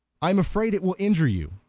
i am afraid it will injure you.